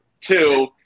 Two